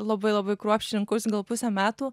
labai labai kruopščiai rinkausi gal pusę metų